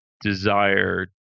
desire